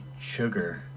sugar